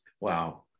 Wow